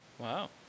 Wow